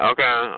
Okay